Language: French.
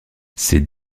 ces